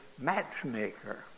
matchmaker